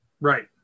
Right